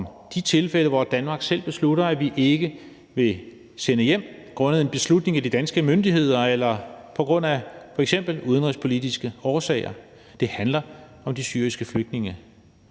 de tilfælde, hvor Danmark selv beslutter, at vi ikke vil sende hjem grundet en beslutning hos de danske myndigheder eller af f.eks. udenrigspolitiske årsager. Det handler om de syriske flygtninge.